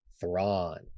Thrawn